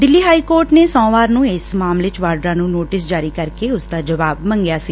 Delhi high court ਨੇ ਸੋਮਵਾਰ ਇਸ ਮਾਮਲੇ ਚ ਵਾਡਰਾ ਨੁੰ ਨੋਟਿਸ ਜਾਰੀ ਕਰਕੇ ਉਸ ਦਾ ਜਵਾਬ ਮੰਗਿਆ ਸੀ